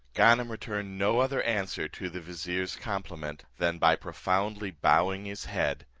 ganem returned no other answer to the vizier's compliment, than by profoundly bowing his head,